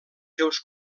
seus